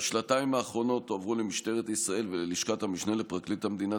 בשנתיים האחרונות הועברו למשטרת ישראל וללשכת המשנה לפרקליט המדינה,